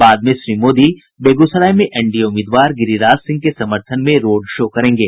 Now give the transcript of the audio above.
बाद में श्री मोदी बेगूसराय में एनडीए उम्मीदवार गिरिराज सिंह के समर्थन में रोड शो करेंगे